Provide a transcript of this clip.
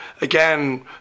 again